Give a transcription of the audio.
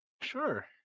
Sure